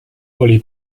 oli